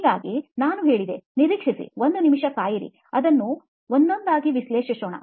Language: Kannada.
ಹಾಗಾಗಿ ನಾನು ಹೇಳಿದೆ ನಿರೀಕ್ಷಿಸಿ ಒಂದು ನಿಮಿಷ ಕಾಯಿರಿ ಅದನ್ನು ಒಂದೊಂದಾಗಿ ವಿಶ್ಲೇಷಿಸೋಣ